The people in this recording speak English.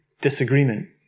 disagreement